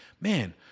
man